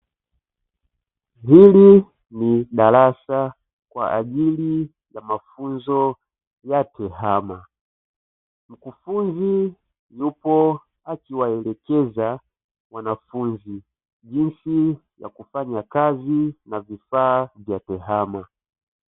Hili ni darasa kwa ajili ya mafunzo ya tehama. Mkufunzi yupo akiwaelekeza wanafunzi jinsi ya kufanya kazi na vifaa vya tehama.